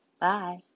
Bye